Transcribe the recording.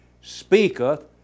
speaketh